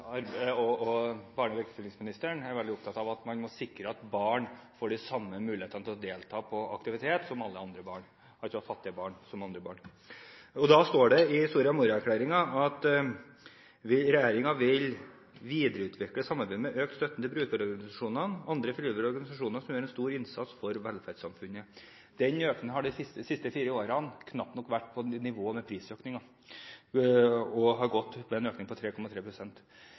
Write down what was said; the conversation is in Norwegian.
om det lenger. Barne- og likestillingsministeren er veldig opptatt av at man må sikre at fattige barn får de samme mulighetene som andre barn til å delta på aktiviteter. Det står i Soria Moria-erklæringen at regjeringen vil «videreutvikle samarbeidet med og øke støtten til brukerorganisasjoner og andre frivillige organisasjoner som gjør en stor innsats for velferdssamfunnet». Den økningen har de siste fire årene knapt nok vært på nivå med prisøkningen – det har vært en økning på